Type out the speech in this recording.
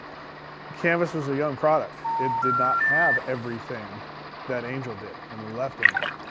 canvas was a young product. it did not have everything that angel did when we left angel.